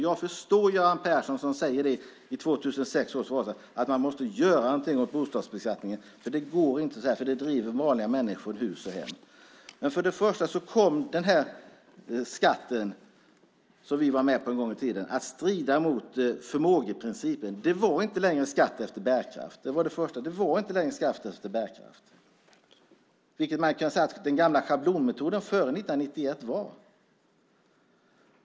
Jag förstår att Göran Persson sade i 2006 års valrörelse art man måste göra någonting åt bostadsbeskattningen. Det driver vanliga människor ur hus och hem. För det första kom skatten, som vi var med på en gång i tiden, att strida mot förmågeprincipen. Det var inte längre skatt efter bärkraft, vilket man kan säga att den gamla schablonmetoden före 1991 var.